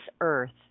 earth